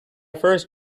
first